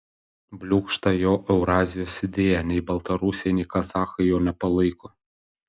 bliūkšta jo eurazijos idėja nei baltarusiai nei kazachai jo nepalaiko